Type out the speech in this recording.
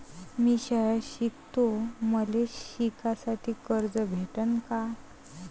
मी शाळा शिकतो, मले शिकासाठी कर्ज भेटन का?